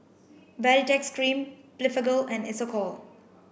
Baritex Cream Blephagel and Isocal